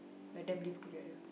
let them live together